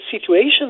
situation